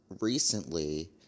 recently